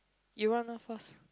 you run there first